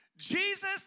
Jesus